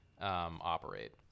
operate